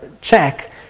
check